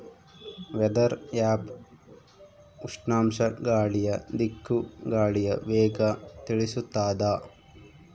weather app ಉಷ್ಣಾಂಶ ಗಾಳಿಯ ದಿಕ್ಕು ಗಾಳಿಯ ವೇಗ ತಿಳಿಸುತಾದ